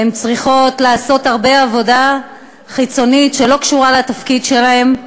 הן צריכות לעשות הרבה עבודה חיצונית שלא קשורה לתפקיד שלהן,